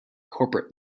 corporate